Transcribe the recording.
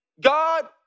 God